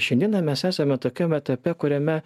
šiandieną mes esame tokiam etape kuriame